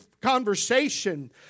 conversation